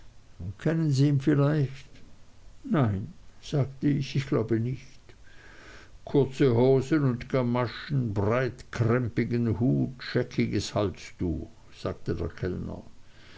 kennen sie ihn vielleicht nein sagte ich ich glaube nicht kurze hosen und gamaschen breitkrempigen hut scheckiges halstuch sagte der kellner